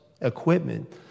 equipment